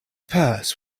purse